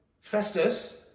Festus